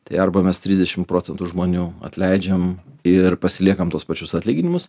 tai arba mes trisdešimt procentų žmonių atleidžiam ir pasiliekam tuos pačius atlyginimus